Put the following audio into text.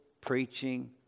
preaching